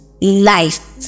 life